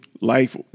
life